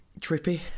trippy